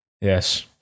Yes